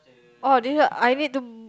oh this one I need to